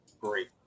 great